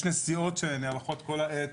יש נסיעות שנערכות כל העת,